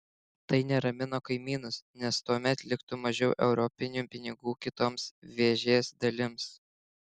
tai neramino kaimynus nes tuomet liktų mažiau europinių pinigų kitoms vėžės dalims